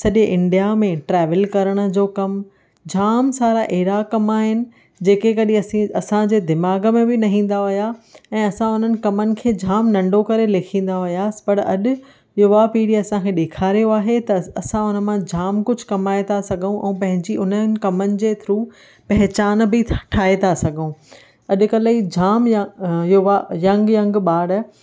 सॼे इंडिया में ट्रेवल करण जो कमु जामु सारा अहिड़ा कम आहिनि जेके कॾहिं असीं असांजे दिमाग़ में बि न ईंदा हुया ऐं असां हुननि कमनि खे जामु नंढो करे लिखंदा हुयसि पर अॼु युवा पीढ़ी असांखे ॾेखारियो आहे त असां हुन मां जामु कुझु कमाए त सघऊं ऐं पंहिंजी उन कमनि जे थ्रू पहचान बि त ठाहे था सघूं अॼुकल्ह जामु युवा यंग यंग ॿारु